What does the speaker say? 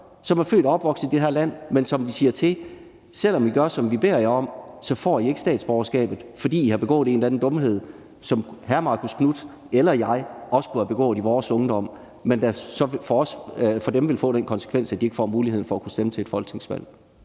er født og opvokset i det her land. Dem siger vi til: Selv om I gør, som vi beder jer om, får I ikke statsborgerskabet, fordi I har begået en eller anden dumhed, som hr. Marcus Knuth eller jeg også kunne have begået i vores ungdom. Men for dem vil det få den konsekvens, at de ikke vil få mulighed for at stemme ved et folketingsvalg.